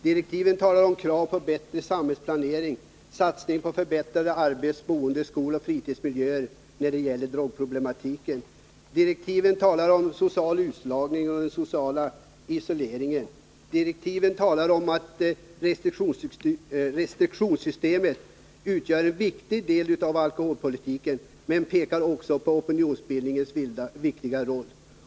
Det talas också om krav på en bättre samhällsplanering, satsningar på en förbättrad arbets-, boende-, skoloch fritidsmiljö när det gäller drogproblematiken. Vidare nämns den sociala utslagningen och den sociala isoleringen. Man säger att restriktionssystemet utgör en viktig del av alkoholpolitiken men pekar också på opinionsbildningens viktiga roll.